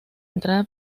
entrada